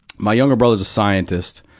my younger brother's a scientist,